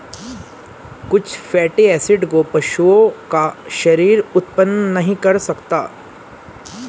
कुछ fatty acid को पशुओं का शरीर उत्पन्न नहीं कर सकता है